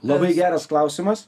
labai geras klausimas